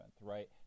right